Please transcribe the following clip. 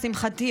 לשמחתי,